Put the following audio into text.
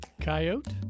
coyote